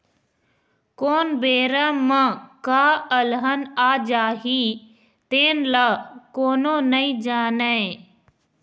कोन बेरा म का अलहन आ जाही तेन ल कोनो नइ जानय